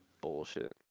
Bullshit